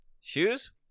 Shoes